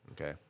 Okay